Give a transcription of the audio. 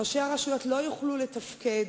ראשי הרשויות לא יוכלו לתפקד.